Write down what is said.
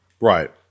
Right